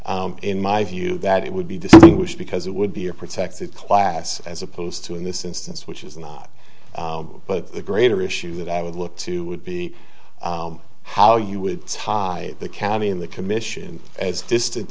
honor in my view that it would be distinguished because it would be a protected class as opposed to in this instance which is not but the greater issue that i would look to would be how you would tie the calving in the commission as distant